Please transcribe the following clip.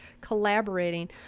collaborating